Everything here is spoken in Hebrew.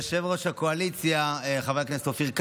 ליושב-ראש הקואליציה חבר הכנסת אופיר כץ.